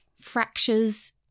fractures